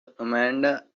amanda